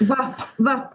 va va